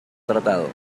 tratado